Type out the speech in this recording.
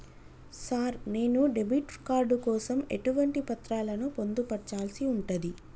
Sir నేను debit card కోసం ఎటువంటి పత్రాలను పొందుపర్చాల్సి ఉంటది?